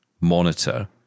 monitor